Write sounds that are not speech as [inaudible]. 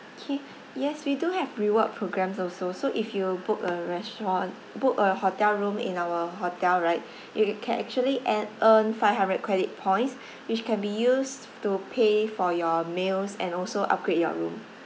K [breath] yes we do have reward programs also so if you book a restaurant book a hotel room in our hotel right [breath] you can actually add earn five hundred credit points which can be used to pay for your meals and also upgrade your room